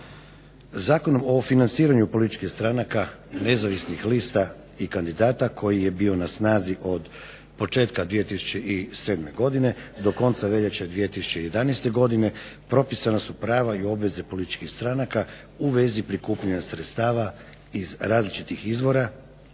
Zakonom o financiranju političkih stranaka i nezavisnih lista i kandidata koji je bio na snazi od početka 2007. godine do konca veljače 2011. godine propisana su prava i obaveze političkih stranaka u vezi prikupljanja sredstava iz različitih izvora